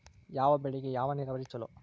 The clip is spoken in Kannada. ಯಾವ ಬೆಳಿಗೆ ಯಾವ ನೇರಾವರಿ ಛಲೋ?